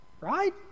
Right